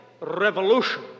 revolution